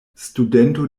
studento